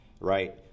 right